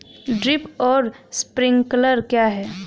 Drip और sprinkler क्या हैं?